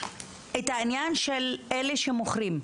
את העניין של אלה שמוכרים,